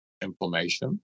inflammation